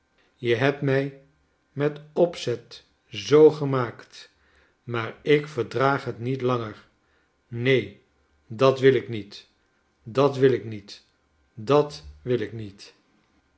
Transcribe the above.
je hebt mij met opzet zoo gemaakt maar ik verdraag het niet langer neen dat wil ik niet dat wil ik niet dat wil ik niet